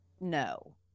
no